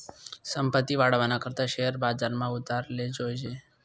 संपत्ती वाढावाना करता शेअर बजारमा उतराले जोयजे